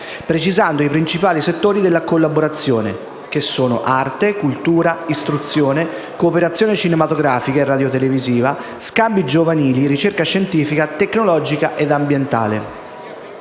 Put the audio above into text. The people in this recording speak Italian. precisando i principali settori della collaborazione, che sono: arte, cultura, istruzione, cooperazione cinematografica e radiotelevisiva, scambi giovanili, ricerca scientifica, tecnologica ed ambientale.